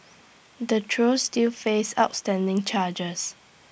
the trio still face outstanding charges